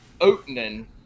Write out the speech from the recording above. opening